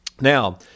Now